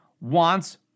wants